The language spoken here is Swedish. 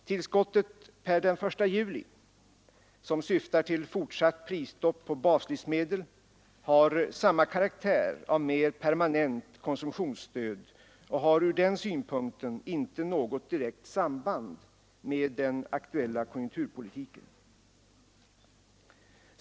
Tillskottet per den 1 juli, som syftar till fortsatt prisstopp på baslivsmedel, har samma karaktär av mera permanent konsumtionsstöd och har ur den synpunkten inte något direkt samband med den aktuella konjunkturpolitiken.